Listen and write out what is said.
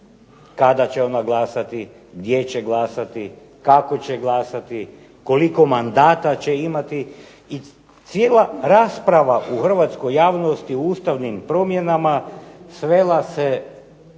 Kada će ona glasati, gdje će glasati, kako će glasati, koliko mandata će imati i cijela rasprava u hrvatskoj javnosti o ustavnim promjenama svela se na